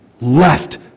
left